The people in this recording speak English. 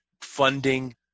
funding